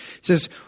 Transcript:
says